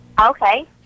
Okay